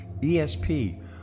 ESP